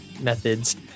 methods